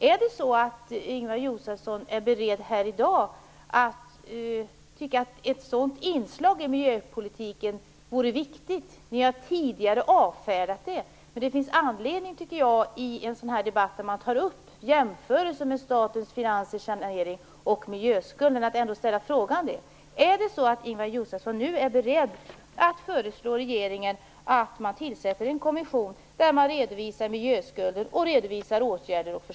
Är Ingemar Josefsson beredd att här i dag tycka att ett sådant inslag i miljöpolitiken vore viktigt? Ni har tidigare avfärdat det, men jag tycker att det finns anledning att ställa den frågan i en debatt där man tar upp jämförelser mellan saneringen av statens finanser och miljöskulden. Är Ingemar Josefsson nu beredd att föreslå regeringen att tillsätta en kommission där man redovisar miljöskulden och förslag på åtgärder?